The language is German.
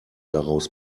daraus